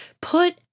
Put